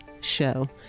Show